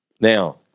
Now